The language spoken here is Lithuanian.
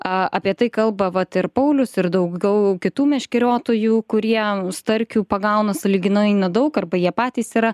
apie tai kalba vat ir paulius ir daugiau kitų meškeriotojų kurie starkių pagauna sąlyginai nedaug arba jie patys yra